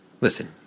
Listen